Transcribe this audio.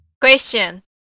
Question